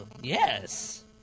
yes